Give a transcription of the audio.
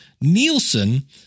Nielsen